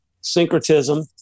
syncretism